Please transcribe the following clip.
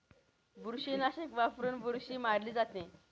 बुरशीनाशक वापरून बुरशी मारली जाते